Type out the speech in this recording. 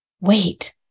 wait